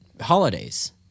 Holidays